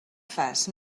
fas